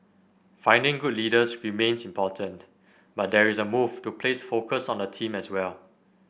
finding good leaders remains important but there is a move to place focus on the team as well